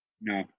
No